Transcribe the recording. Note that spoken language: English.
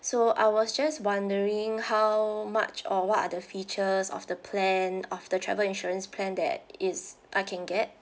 so I was just wondering how much or what are the features of the plan of the travel insurance plan that is I can get